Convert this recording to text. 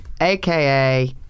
aka